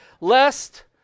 lest